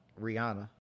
Rihanna